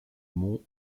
monts